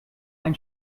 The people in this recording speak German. ein